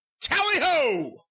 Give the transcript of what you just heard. Tally-ho